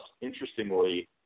interestingly